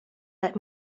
let